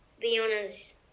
Leona's